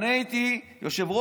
אני הייתי יושב-ראש,